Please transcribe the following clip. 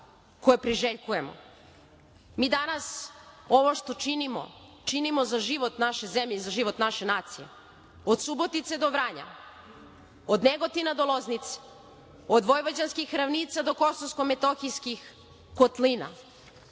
koje priželjkujemo. Mi danas ovo što činimo, činimo za život naše zemlje i za život naše nacije. Od Subotice do Vranja, od Negotina do Loznice, od vojvođanskih ravnica do kosovsko-metohijskih kotlina,